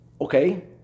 okay